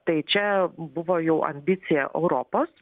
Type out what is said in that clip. tai čia buvo jau ambicija europos